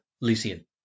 Lucian